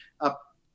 up